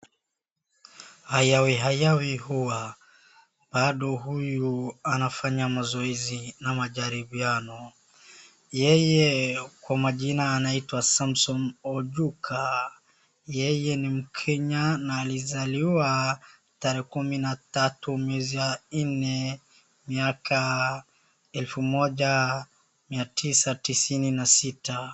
Hayawi hayawi huwa ,bado huyu anafanya mazoezi na majalibiano. Yeye kwa majina Samson Ojuka. Yeye ni Mkenya na alizaliwa tarehe kumi na tatu mwezi wanne miaka elfu moja mia tisa tisini na sita.